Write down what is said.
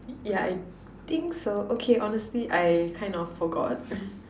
yeah I think so okay honestly I kind of forgot